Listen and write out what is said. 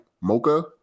mocha